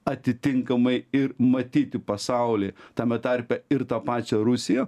atitinkamai ir matyti pasaulį tame tarpe ir tą pačią rusiją